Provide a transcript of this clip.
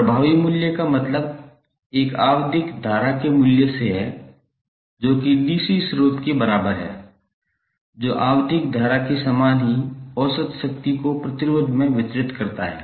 प्रभावी मूल्य का मतलब एक आवधिक धारा के लिए मूल्य है जो कि DC स्रोत के बराबर है जो आवधिक धारा के समान ही औसत शक्ति को प्रतिरोध को वितरित करता है